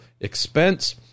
expense